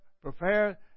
prepare